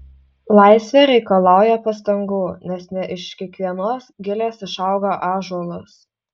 laisvė reikalauja pastangų nes ne iš kiekvienos gilės išauga ąžuolas